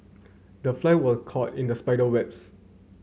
the fly was caught in the spider webs